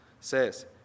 says